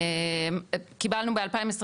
קיבלנו ב-2021,